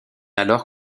alors